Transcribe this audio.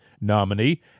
nominee